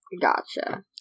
Gotcha